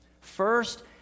First